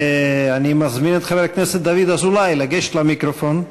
אני מזמין את חבר הכנסת דוד אזולאי לגשת למיקרופון.